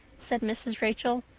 said mrs. rachel.